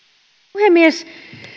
puhemies